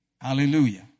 Hallelujah